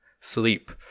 sleep